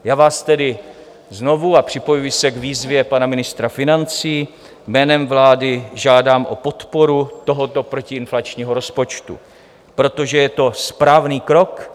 Já vás tedy znovu, a připojuji se k výzvě pana ministra financí, jménem vlády žádám o podporu tohoto protiinflačního rozpočtu, protože je to správný krok.